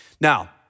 Now